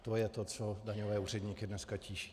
To je to, co daňové úředníky dneska tíží!